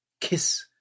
Kiss